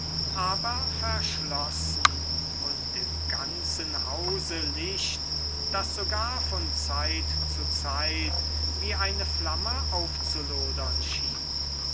aber verschlossen und im ganzen hause licht das sogar von zeit zu zeit wie eine flamme aufzulodern schien